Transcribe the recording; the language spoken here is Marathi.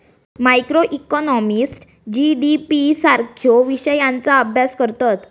मॅक्रोइकॉनॉमिस्ट जी.डी.पी सारख्यो विषयांचा अभ्यास करतत